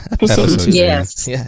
Yes